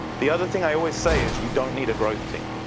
the other thing i always say is you don't need a growth team.